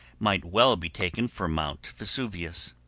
might well be taken for mount vesuvius.